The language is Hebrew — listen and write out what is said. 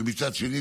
ומצד שני,